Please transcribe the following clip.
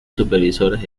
supervisores